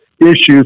issues